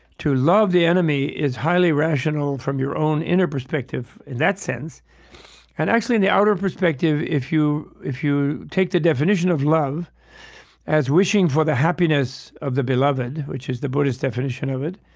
to love the enemy is highly rational from your own inner perspective in that sense and actually in the outer perspective, if you if you take the definition of love as wishing for the happiness of the beloved, which is the buddhist definition of it,